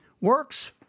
works